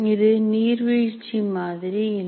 இது நீர்வீழ்ச்சி மாதிரி இல்லை